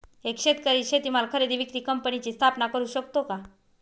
एक शेतकरी शेतीमाल खरेदी विक्री कंपनीची स्थापना करु शकतो का?